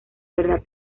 verdad